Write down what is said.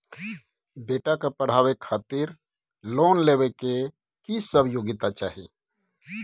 बेटा के पढाबै खातिर लोन लेबै के की सब योग्यता चाही?